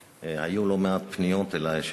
היו לא מעט פניות אלי,